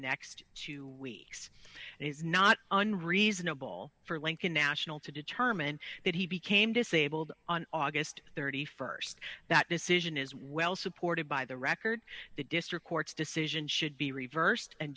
next two weeks and it's not unreasonable for lincoln national to determine that he became disabled on august st that decision is well supported by the record the district court's decision should be reversed and